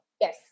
Yes